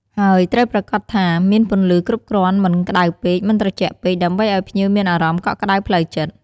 ហើយត្រូវប្រាកដថាមានពន្លឺគ្រប់គ្រាន់ មិនក្តៅពេក មិនត្រជាក់ពេក ដើម្បីឱ្យភ្ញៀវមានអារម្មណ៍កក់ក្តៅផ្លូវចិត្ត។